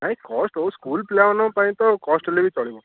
ନାଇଁ କଷ୍ଟ୍ ହଉ ସ୍କୁଲ ପିଲାମାନଙ୍କ ପାଇଁ କଷ୍ଟ୍ ହେଲେ ବି ଚଳିବ